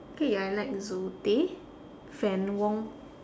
okay I like zoe tay fann wong